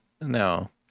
no